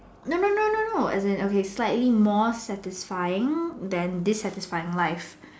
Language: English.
no no no as in okay slightly more satisfying then dissatisfying life